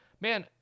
man